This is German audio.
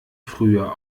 früher